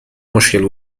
مشکل